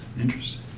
Interesting